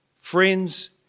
friends